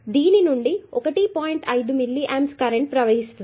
5 milliamps current ప్రవహిస్తుంది